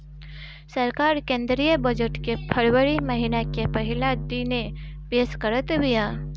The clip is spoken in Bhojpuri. सरकार केंद्रीय बजट के फरवरी महिना के पहिला दिने पेश करत बिया